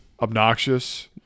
obnoxious